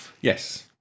Yes